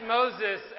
Moses